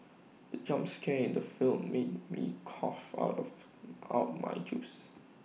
the jump scare in the film made me cough out of out my juice